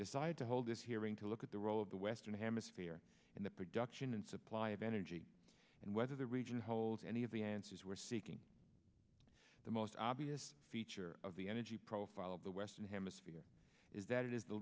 decided to hold this hearing to look at the role of the western hemisphere in the production and supply of energy and whether the region holds any of the answers we're seeking the most obvious feature of the energy profile of the western hemisphere is that it is the